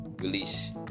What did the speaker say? release